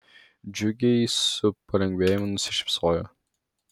džiugiai su palengvėjimu nusišypsojo